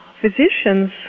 physicians